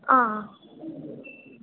ಹಾಂ